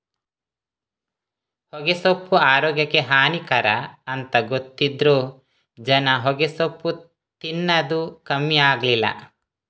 ಹೊಗೆಸೊಪ್ಪು ಆರೋಗ್ಯಕ್ಕೆ ಹಾನಿಕರ ಅಂತ ಗೊತ್ತಿದ್ರೂ ಜನ ಹೊಗೆಸೊಪ್ಪು ತಿನ್ನದು ಕಮ್ಮಿ ಆಗ್ಲಿಲ್ಲ